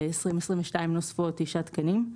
ב-2022 נוספו עוד תשעה תקנים.